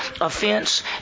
offense